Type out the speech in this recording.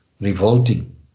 revolting